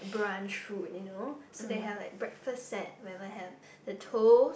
brunch food you know so they had like breakfast set whereby have the toast